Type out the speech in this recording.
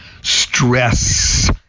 Stress